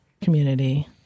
community